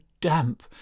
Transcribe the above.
damp